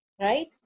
Right